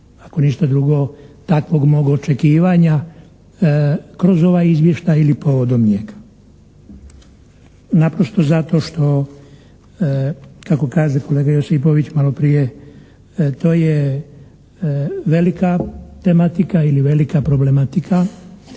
ako ništa drugo takvog mog očekivanja kroz ova izvješća ili povodom njega. Naprosto zato što kako kaže kolega Josipović malo prije, to je velika tematika ili velika problematika